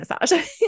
massage